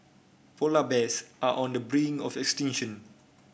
polar bears are on the brink of extinction